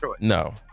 No